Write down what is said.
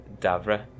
Davra